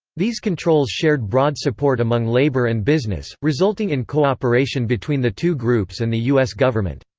these controls shared broad support among labor and business, resulting in cooperation between the two groups and the u s. government.